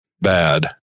bad